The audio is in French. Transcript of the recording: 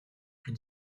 plus